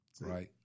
Right